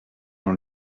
dans